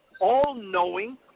all-knowing